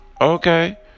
okay